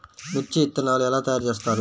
మిర్చి విత్తనాలు ఎలా తయారు చేస్తారు?